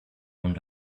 owned